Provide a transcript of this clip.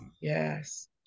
Yes